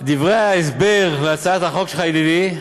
דברי ההסבר להצעת החוק שלך, ידידי,